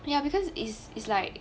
ya because is is like